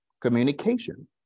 Communication